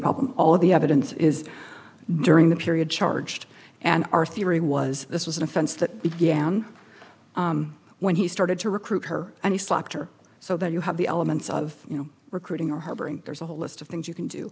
problem all the evidence is during the period charged and our theory was this was an offense that began when he started to recruit her and he slapped her so that you have the elements of you know recruiting or harboring there's a whole list of things you can do